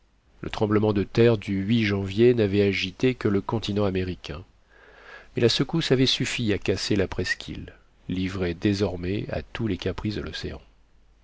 le tremblement de terre du janvier n'avait agité que le continent américain mais la secousse avait suffi à casser la presqu'île livrée désormais à tous les caprices de l'océan